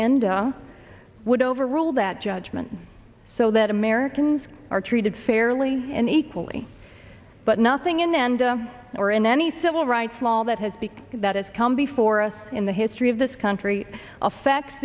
and i would overrule that judgment so that americans are treated fairly and equally but nothing in the end or in any civil rights law that has been that has come before us in the history of this country affects